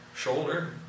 shoulder